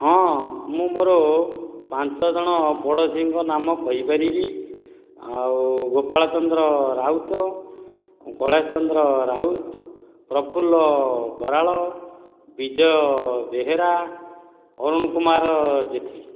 ହଁ ମୁଁ ମୋର ପାଞ୍ଚ ଜଣ ପଡ଼ୋଶୀଙ୍କ ନାମ କହିପାରିବି ଆଉ ଗୋପାଳ ଚନ୍ଦ୍ର ରାଉତ କୈଳାଶ ଚନ୍ଦ୍ର ରାଉତ ପ୍ରଫୁଲ୍ଲ ବରାଳ ବିଜୟ ବେହେରା ଅରୁଣ କୁମାର ଜେଠୀ